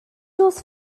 was